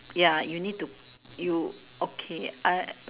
ya you need to you okay uh